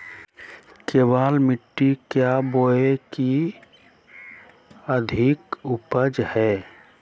केबाल मिट्टी क्या बोए की अधिक उपज हो?